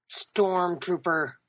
Stormtrooper